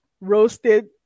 roasted